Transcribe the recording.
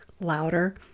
louder